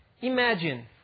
Imagine